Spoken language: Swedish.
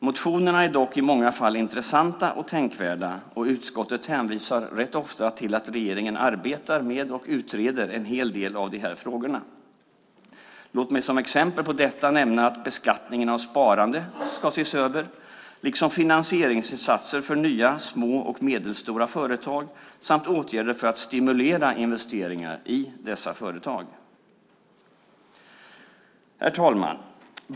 Motionerna är dock i många fall intressanta och tänkvärda, och utskottet hänvisar rätt ofta till att regeringen arbetar med och utreder en hel del av dessa frågor. Låt mig som ett exempel på detta nämna att beskattningen av sparande ska ses över, liksom finansieringsinsatser för nya små och medelstora företag samt åtgärder för att stimulera investeringar i dessa företag. Herr talman!